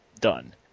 Done